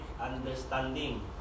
understanding